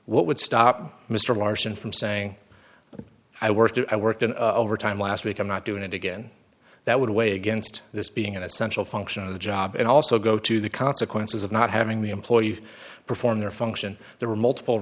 what would stop mr larson from saying i worked i worked in overtime last week i'm not doing it again that would weigh against this being an essential function of the job and also go to the consequences of not having the employee perform their function there were multiple